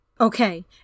Okay